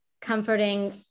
comforting